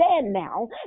now